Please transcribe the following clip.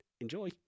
Enjoy